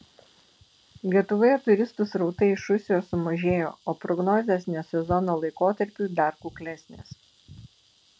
lietuvoje turistų srautai iš rusijos sumažėjo o prognozės ne sezono laikotarpiui dar kuklesnės